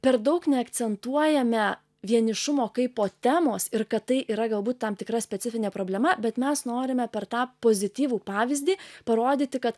per daug neakcentuojame vienišumo kaipo temos ir kad tai yra galbūt tam tikra specifinė problema bet mes norime per tą pozityvų pavyzdį parodyti kad